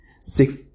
six